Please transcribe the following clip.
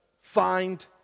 find